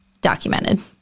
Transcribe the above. Documented